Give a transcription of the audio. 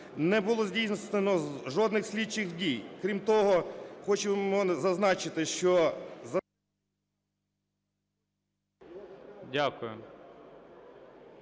не було здійснено жодних слідчих дій. Крім того, хочемо зазначити, що…